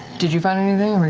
did you find anything,